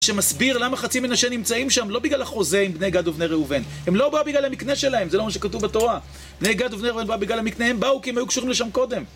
...שמסביר למה חצי מנשה נמצאים שם, לא בגלל החוזה עם בני גד ובני ראובן. הם לא באו בגלל המקנה שלהם, זה לא מה שכתוב בתורה. בני גד ובני ראובן באו בגלל המקנה, הם באו כי הם היו קשורים לשם קודם.